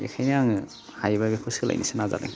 बेखायनो आङो हायोबा बेखौ सोलायनोसो नाजादों